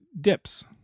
dips